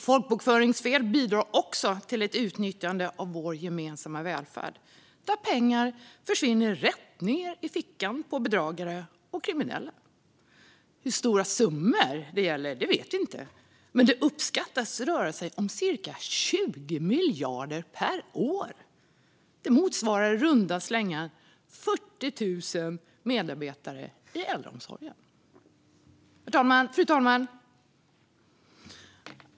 Folkbokföringsfel bidrar också till ett utnyttjande av vår gemensamma välfärd, där pengar försvinner rätt ned i fickan på bedragare och kriminella. Hur stora summor det gäller vet vi inte, men det uppskattas röra sig om cirka 20 miljarder per år. Det motsvarar i runda slängar 40 000 medarbetare i äldreomsorgen. Fru talman!